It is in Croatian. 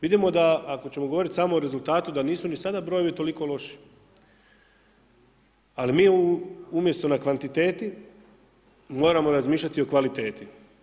Vidimo da ako ćemo samo govoriti o rezultatu da nisu ni sada brojevi toliko loši, ali mi umjesto na kvantiteti moramo razmišljati o kvaliteti.